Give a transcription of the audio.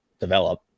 develop